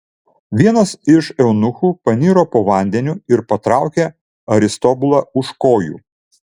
vienas iš eunuchų paniro po vandeniu ir patraukė aristobulą už kojų